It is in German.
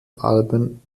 alben